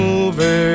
over